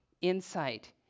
insight